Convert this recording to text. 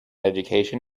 education